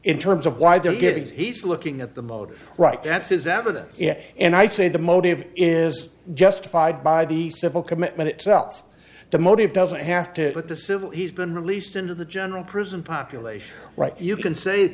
in terms of why those gigs he's looking at the mode right that's his evidence and i'd say the motive is justified by the civil commitment itself the motive doesn't have to but the civil he's been released into the general prison population right you can say